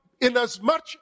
inasmuch